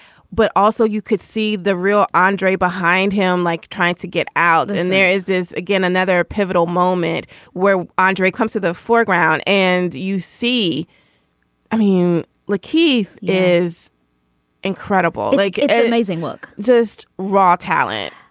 but also you could see the real andre behind him like trying to get out and there is is again another pivotal moment where andre comes to the foreground and you see i mean like keith is incredible it's like amazing look just raw talent.